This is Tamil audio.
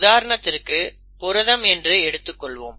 உதாரணத்திற்கு புரதம் என்று எடுத்துக்கொள்வோம்